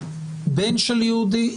בן של יהודי,